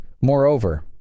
Moreover